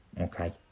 okay